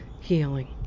healing